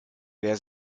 wer